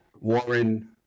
Warren